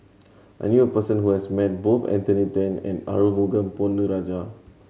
I knew a person who has met both Anthony Then and Arumugam Ponnu Rajah